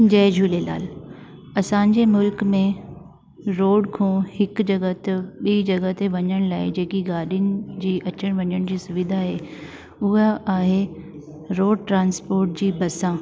जय झूलेलाल असांजे मुल्क में रोड खां हिकु जॻह ते ॿी जॻह ते वञण लाइ जेकी गाॾियुनि जी अचण वञण जी सुविधाए उहा आहे रोड ट्रांस्पोट जी बसां